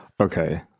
Okay